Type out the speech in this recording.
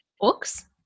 books